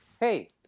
hey